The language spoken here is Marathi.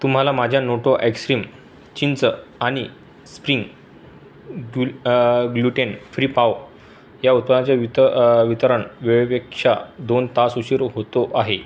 तुम्हाला माझ्या नोटो अॅक्स्रीम चिंच आणि स्प्रिंग गुल ग्लूटेन फ्री पाव या उत्पादच्या वित वितरण वेळेपेक्षा दोन तास उशीर होतो आहे